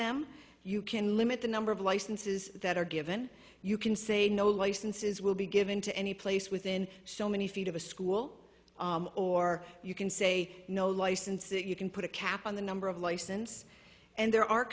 them you can limit the number of licenses that are given you can say no licenses will be given to any place within so many feet of a school or you can say no license it you can put a cap on the number of license and there are